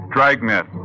Dragnet